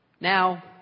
Now